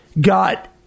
got